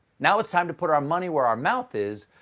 now it's time to put our our money where our mouth is,